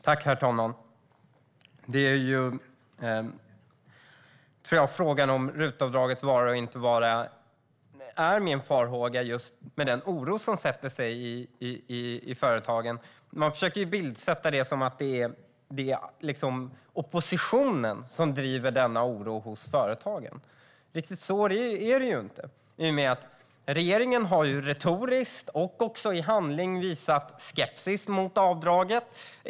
Herr talman! När det gäller frågan om RUT-avdragets vara eller inte vara handlar min farhåga just om den oro som sätter sig i företagen. Man försöker bildsätta det som att det är oppositionen som driver denna oro hos företagen. Riktigt så är det inte, i och med att regeringen retoriskt och också i handling har visat skepsis mot avdraget.